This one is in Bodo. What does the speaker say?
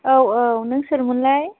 औ औ नों सोरमोनलाय